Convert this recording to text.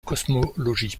cosmologie